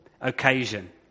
occasion